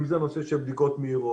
אם זה נושא של בדיקות מהירות,